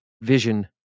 vision